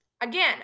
again